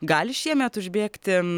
gali šiemet užbėgti